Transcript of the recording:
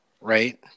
right